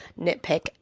nitpick